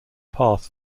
path